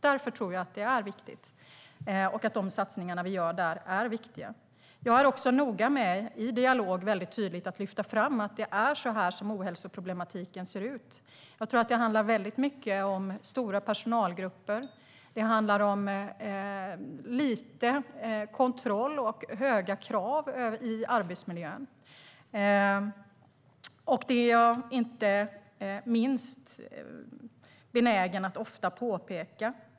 Därför tror jag att det är viktigt och att de satsningar som vi gör där är viktiga. Jag brukar också i dialog mycket tydligt lyfta fram att det är så här ohälsoproblematiken ser ut. Jag tror att det mycket handlar om stora personalgrupper, lite kontroll och höga krav i arbetsmiljön. Det är jag inte minst benägen att ofta påpeka.